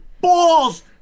balls